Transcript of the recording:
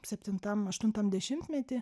septintam aštuntam dešimtmety